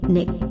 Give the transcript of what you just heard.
Nick